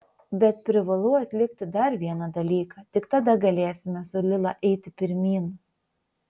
bet privalau atlikti dar vieną dalyką tik tada galėsime su lila eiti pirmyn